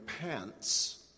pants